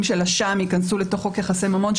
של אשם ייכנסו לתוך חוק יחסי ממון,